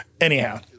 Anyhow